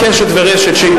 "קשת" ו"רשת".